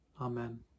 Amen